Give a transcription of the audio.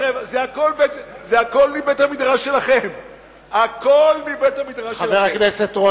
1820, של חבר הכנסת סעיד